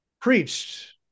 preached